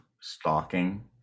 stalking